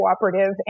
cooperative